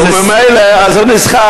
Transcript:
חבר הכנסת מוזס, וממילא אז הוא נסחף.